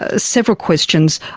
ah several questions.